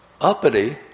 Uppity